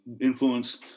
influence